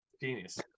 genius